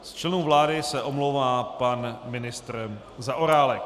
Z členů vlády se omlouvá pan ministr Zaorálek.